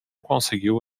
conseguiu